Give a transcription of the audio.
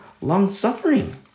long-suffering